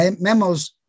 memos